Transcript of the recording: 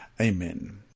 Amen